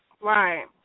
Right